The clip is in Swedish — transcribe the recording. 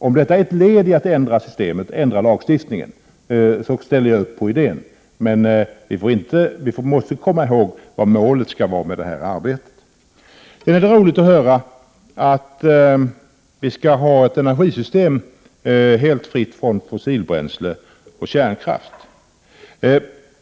Om detta är ett led i att ändra lagstiftningen ställer vi oss naturligtvis bakom det, men vi måste komma ihåg vad målet skall vara för det här arbetet. Sedan är det roligt att höra att vi skall ha ett energisystem helt fritt från fossilbränsle och kärnkraft.